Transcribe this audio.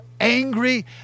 angry